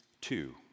two